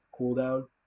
cooldown